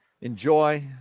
enjoy